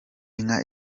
inka